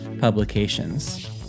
publications